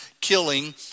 killing